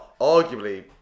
arguably